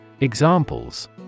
Examples